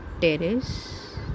terrace